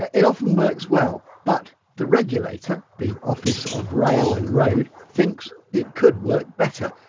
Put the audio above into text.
ah it often works well but the regulator the office of rail and road thinks it could work better.